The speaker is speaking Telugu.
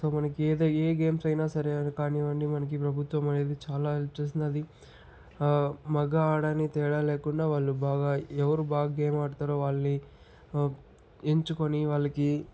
సో మనకి ఏది ఏ గేమ్స్ అయినా సరే కానివ్వండి మనకి ప్రభుత్వం అనేది చాలా హెల్ప్ చేసినది మగ ఆడ అని తేడా లేకుండా వాళ్ళు బాగా ఎవరు బాగా గేమ్ ఆడతారో వాళ్ళని ఎంచుకొని వాళ్ళకి